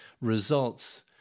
results